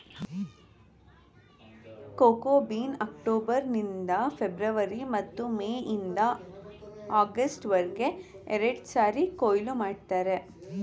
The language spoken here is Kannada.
ಕೋಕೋ ಬೀನ್ಸ್ನ ಅಕ್ಟೋಬರ್ ನಿಂದ ಫೆಬ್ರವರಿ ಮತ್ತು ಮೇ ಇಂದ ಆಗಸ್ಟ್ ವರ್ಗೆ ಎರಡ್ಸಾರಿ ಕೊಯ್ಲು ಮಾಡ್ತರೆ